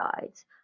guides